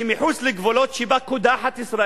שמחוץ לגבולות שבהם ישראל קודחת,